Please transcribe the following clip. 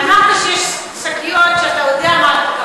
אמרת שיש שקיות שאתה יודע מה אתה מקבל.